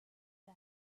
the